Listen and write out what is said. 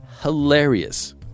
Hilarious